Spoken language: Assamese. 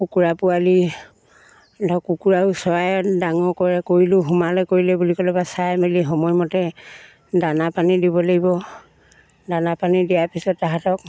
কুকুৰা পোৱালি ধৰক কুকুৰাও চৰাই ডাঙৰ কৰে কৰিলোঁ সোমালে কৰিলে বুলি ক'লে বা চাই মেলি সময়মতে দানা পানী দিব লাগিব দানা পানী দিয়াৰ পিছত তাহাঁতক